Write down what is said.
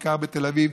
בעיקר בתל אביב,